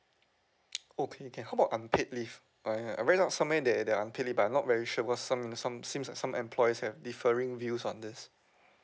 okay can how about unpaid leave I I read out somewhere that there are unpaid leave but I am not very sure was some some seems some employers have differing views on this